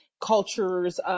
cultures